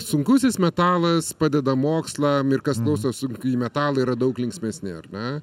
sunkusis metalas padeda mokslam ir kas klauso sunkųjį metalą yra daug linksmesni ar ne